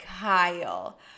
Kyle